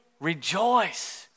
rejoice